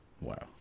Wow